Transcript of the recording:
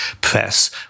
press